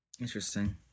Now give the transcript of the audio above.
Interesting